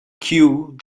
queue